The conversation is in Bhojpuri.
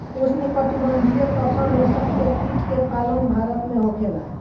उष्णकटिबंधीय तसर रेशम के कीट के पालन भारत में होखेला